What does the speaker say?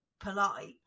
polite